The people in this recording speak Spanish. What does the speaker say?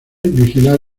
vigilar